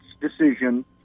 decision